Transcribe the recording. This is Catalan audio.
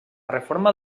reforma